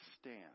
stand